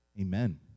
Amen